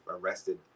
arrested